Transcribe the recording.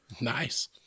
Nice